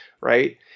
right